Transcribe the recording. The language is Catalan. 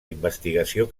investigació